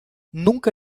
nunca